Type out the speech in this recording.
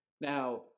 Now